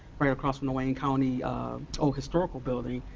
right across from the wayne county old historical building,